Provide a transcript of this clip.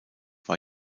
war